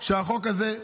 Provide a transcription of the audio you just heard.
החוק הזה,